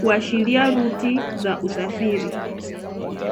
kuashiria ruti za usafiri.